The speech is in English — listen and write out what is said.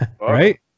Right